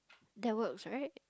that works right